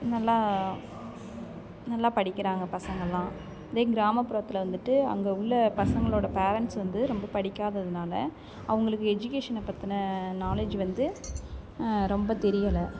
நல்லா நல்லா படிக்கிறாங்க பசங்கள்லாம் இதே கிராமப்புறத்தில் வந்துட்டு அங்கே உள்ள பசங்களோடய பேரண்ட்ஸ் வந்து ரொம்ப படிக்காததுனால் அவங்களுக்கு எஜுகேஷனை பற்றின நாலேஜ் வந்து ரொம்ப தெரியலை